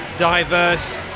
diverse